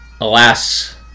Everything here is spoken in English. Alas